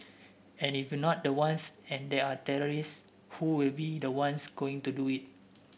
and if we not the ones and there are terrorists who will be the ones going to do it